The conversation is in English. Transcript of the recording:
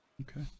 okay